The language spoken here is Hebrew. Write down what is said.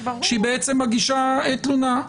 שהיא בעצם מגישה תלונה.